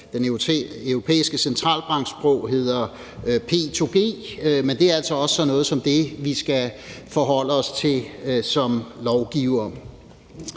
Den Europæiske Centralbanks sprog hedder P2G, men det er altså også sådan noget som det, vi som lovgivere